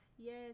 Yes